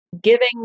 giving